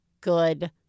good